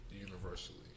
universally